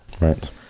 Right